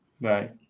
Right